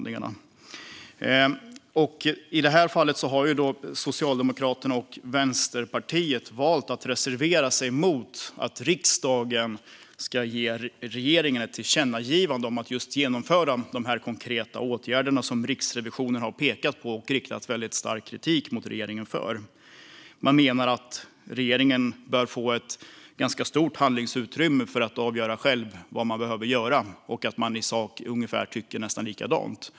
I det här fallet har Socialdemokraterna och Vänsterpartiet valt att reservera sig mot att riksdagen ska ge regeringen ett tillkännagivande om att genomföra de konkreta åtgärder som Riksrevisionen har pekat på och riktat stark kritik mot regeringen för. De menar att regeringen bör få ett ganska stort handlingsutrymme att själv avgöra vad man behöver göra och att de i sak tycker nästan likadant.